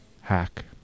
hack